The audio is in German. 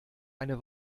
eine